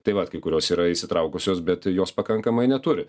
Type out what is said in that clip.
tai vat kai kurios yra įsitraukusios bet jos pakankamai neturi